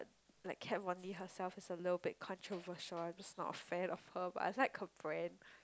like Kat-Von-D herself is a little bit controversial I'm just not a fan of her but I just like her brand